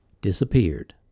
disappeared